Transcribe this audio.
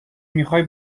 میخوای